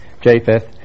Japheth